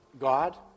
God